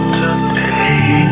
today